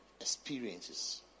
experiences